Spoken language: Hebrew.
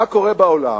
מה קורה בעולם,